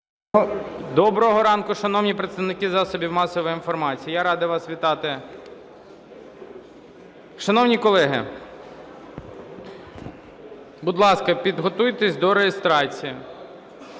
Доброго ранку, шановні представники засобів масової інформації! Я радий вас вітати. Шановні колеги, будь ласка, підготуйтесь до реєстрації.